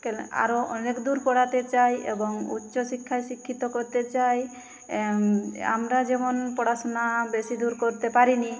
কেলা আরও অনেক দূর পড়াতে চাই এবং উচ্চ শিক্ষায় শিক্ষিত করতে চাই আমরা যেমন পড়াশুনা বেশি দূর করতে পারি নি